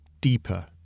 deeper